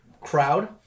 crowd